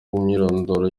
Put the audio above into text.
myirondoro